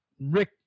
Rick